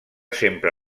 sempre